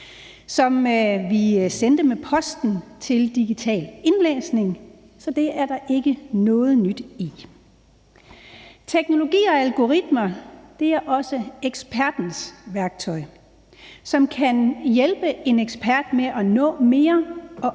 som vi sendte med posten til digital indlæsning, så det er der ikke noget nyt i. Teknologi og algoritmer er også ekspertens værktøj, som kan hjælpe en ekspert med at nå mere og